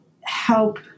help